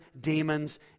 demons